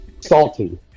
salty